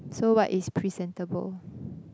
so what is presentable